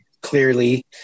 clearly